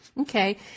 Okay